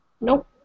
Nope